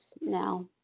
now